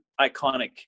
iconic